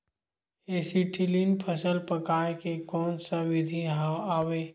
Acetylene फल पकाय के कोन सा विधि आवे?